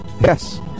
Yes